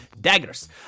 Daggers